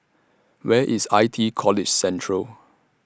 Where IS I T College Central